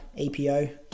EPO